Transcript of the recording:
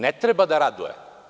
Ne treba da raduje.